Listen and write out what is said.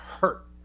hurt